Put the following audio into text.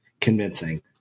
convincing